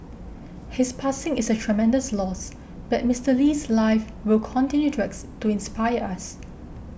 his passing is a tremendous loss but Mister Lee's life will continue to ex to inspire us